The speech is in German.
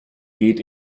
geht